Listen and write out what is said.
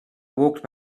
walked